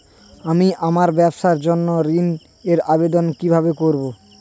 আমি আমার ব্যবসার জন্য ঋণ এর আবেদন কিভাবে করব?